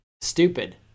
stupid